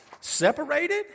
separated